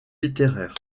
littéraires